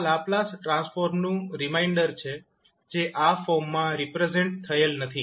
આ લાપ્લાસ ટ્રાન્સફોર્મનું રિમાઇન્ડર છે જે આ ફોર્મમાં રિપ્રેઝેન્ટ થયેલ નથી